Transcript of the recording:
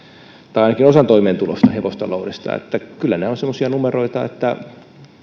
tai ainakin osan toimeentulostaan hevostaloudesta kyllä nämä ovat semmoisia numeroita että